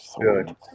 Good